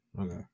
Okay